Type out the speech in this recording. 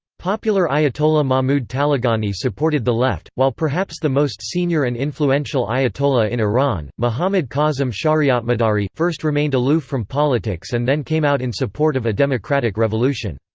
popular ayatollah mahmoud taleghani supported the left, while perhaps the most senior and influential ayatollah in iran mohammad kazem shariatmadari first remained aloof from politics and then came out in support of a democratic revolution.